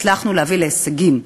הצלחנו להביא להישגים,